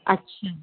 अच्छा